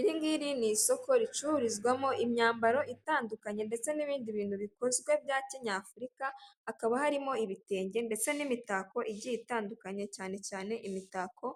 iringiri ni isoko ricururizwamo imyambaro itandukanye ndetse n'ibindi bintu bikozwe bya kinyafurika, hakaba harimo ibitenge ndetse n'imitako igiye itandukanye cyane cyane imitako